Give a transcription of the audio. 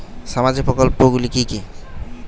সামাজিক প্রকল্পগুলি কি কি?